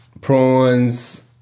Prawns